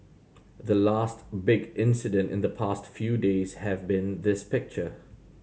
the last big incident in the past few days have been this picture